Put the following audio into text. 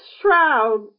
shroud